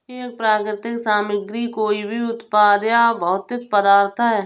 एक प्राकृतिक सामग्री कोई भी उत्पाद या भौतिक पदार्थ है